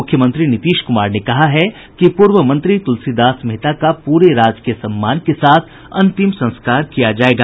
मुख्यमंत्री नीतीश कुमार ने कहा है कि पूर्व मंत्री तुलसीदास मेहता का पूरे राजकीय सम्मान के साथ अंतिम संस्कार किया जायेगा